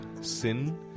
sin